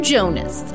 Jonas